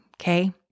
okay